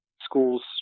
schools